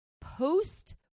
post